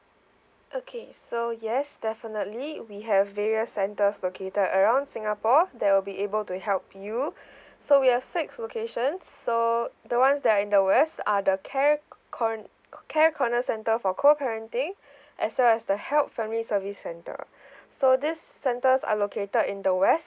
okay so yes definitely we have various centers located around singapore that will be able to help you so we have six locations so the ones that are in the west are the care c~ corn~ care corner center for co parenting as well as the help family service center so these centers are located in the west